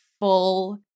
full